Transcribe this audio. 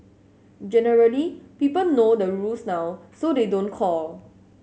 generally people know the rules now so they don't call